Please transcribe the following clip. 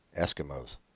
Eskimos